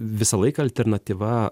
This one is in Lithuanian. visą laiką alternatyva